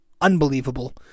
unbelievable